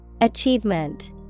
Achievement